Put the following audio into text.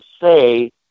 say